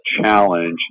challenge